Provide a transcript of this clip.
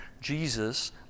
Jesus